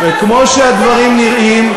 שמענו על הרסיס בישבן של בנט,